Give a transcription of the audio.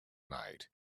night